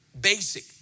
basic